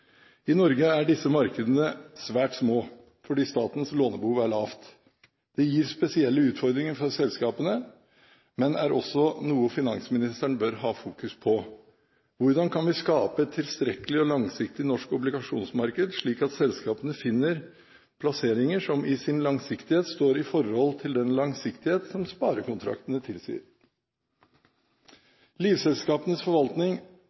I Norge er disse markedene svært små, fordi statens lånebehov er lavt. Det gir spesielle utfordringer for selskapene, men er også noe finansministeren bør ha fokus på. Hvordan kan vi skape et tilstrekkelig og langsiktig norsk obligasjonsmarked, slik at selskapene finner plasseringer som i sin langsiktighet står i forhold til den langsiktighet som sparekontraktene tilsier? Livselskapenes forvaltning